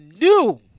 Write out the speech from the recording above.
new